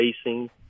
spacing